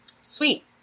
sweet